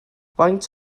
faint